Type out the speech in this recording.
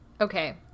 okay